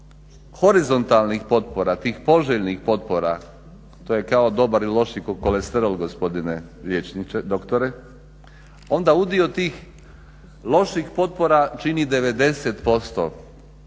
horizontalnih potpora, tih poželjnih potpora to je kao dobar i loši kolesterol gospodine doktore, onda udio tih loših potpora čini 90%,